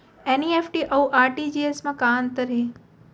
NEFT अऊ RTGS मा का अंतर हे?